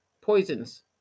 poisons